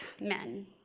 men